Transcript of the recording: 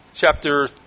chapter